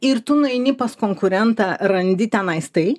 ir tu nueini pas konkurentą randi tenais tai